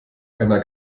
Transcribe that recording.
einer